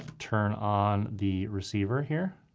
turn on the receiver here.